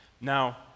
Now